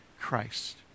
Christ